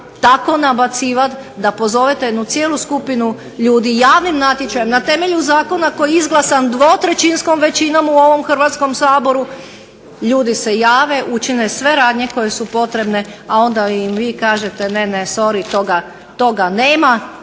tako nabacivat da pozovete jednu cijelu skupinu javnim natječajem na temelju zakona koji je izglasan 2/3-skom većinom u ovom Hrvatskom saboru. Ljudi se jave, učine sve radnje koje su potrebne, a onda im vi kažete ne, ne, sorry, toga nema,